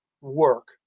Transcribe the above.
work